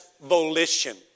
volition